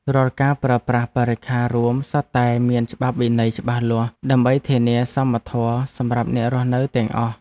រាល់ការប្រើប្រាស់បរិក្ខាររួមសុទ្ធតែមានច្បាប់វិន័យច្បាស់លាស់ដើម្បីធានាសមធម៌សម្រាប់អ្នករស់នៅទាំងអស់។